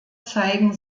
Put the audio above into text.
zeigen